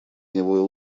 него